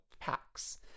packs